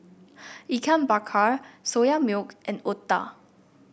Ikan Bakar Soya Milk and otah